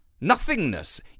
nothingness